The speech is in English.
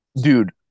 Dude